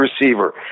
receiver